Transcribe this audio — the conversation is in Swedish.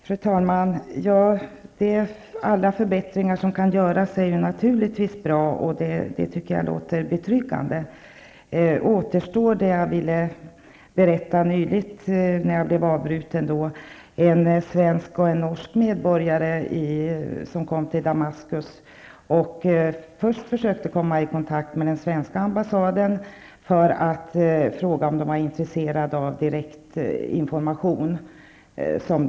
Fru talman! Alla förbättringar som kan göras är naturligtvis bra. Det låter betryggande. Då återstår det jag ville berätta nyligen när jag blev avbruten. Det gäller en svensk och en norsk medborgare som var i Damaskus. De försökte först att komma i kontakt med den svenska ambassaden för att fråga om man där var intresserad av att få viss information direkt.